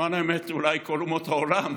למען האמת, אולי כל אומות העולם?